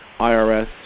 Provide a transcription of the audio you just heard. IRS